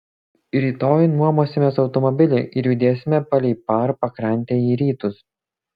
rytoj nuomosimės automobilį ir judėsime palei par pakrantę į rytus